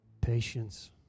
Patience